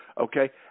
okay